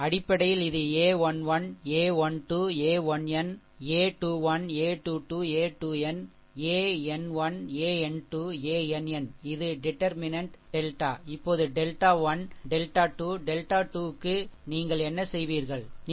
அடிப்படையில் இது a 1 1 a 1 2 a 1n a 21 a 2 2 a 2n an 1 an 2 ann இது determinant delta இப்போது delta 1 delta 2 delta 2 க்கு நீங்கள் என்ன செய்வீர்கள் சரி